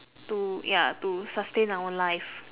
to ya to sustain our life